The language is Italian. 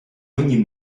ogni